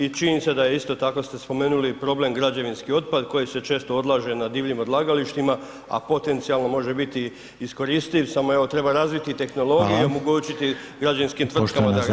I činjenica je da isto tako ste spomenuli problem građevinski otpad koji se često odlaže na divljim odlagalištima, a potencijalno može biti iskoristiv samo evo treba razviti tehnologije [[Upadica: Hvala.]] omogućiti građevinskim tvrtkama da ga tamo dovezu.